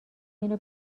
اینو